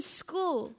school